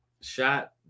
shot